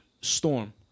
Storm